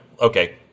okay